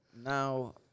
now